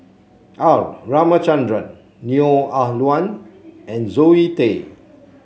R Ramachandran Neo Ah Luan and Zoe Tay